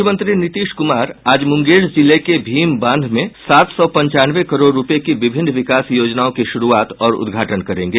मुख्यमंत्री नीतीश कुमार आज मुंगेर जिले के भीम बांध में सात सौ पंचानवे करोड़ रूपये की विभिन्न विकास योजनाओं की शुरूआत और उद्घाटन करेंगे